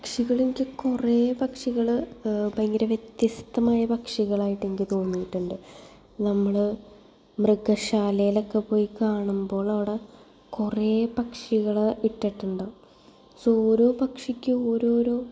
പക്ഷികൾ എനിക്ക് കുറെ പക്ഷികൾ ഇഹ് ഭയങ്കരം വ്യത്യസ്ഥമായ പക്ഷികളായിട്ട് എനിക്ക് തോന്നീയിട്ടുണ്ട് നമ്മൾ മൃഗശാലേലൊക്കെ പോയി കാണുമ്പോൾ അവിടെ കുറെ പക്ഷികളെ ഇട്ടിട്ടുണ്ടാകും സൊ ഓരോ പക്ഷിക്കും ഓരോരൊ